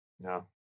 No